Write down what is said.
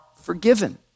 forgiven